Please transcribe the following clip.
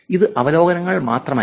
ഇത് അവലോകനങ്ങൾ മാത്രമല്ല